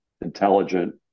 intelligent